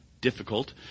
difficult